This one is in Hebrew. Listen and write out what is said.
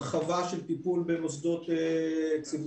הרחבה של טיפול במוסדות ציבור.